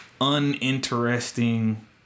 uninteresting